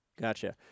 Gotcha